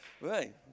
right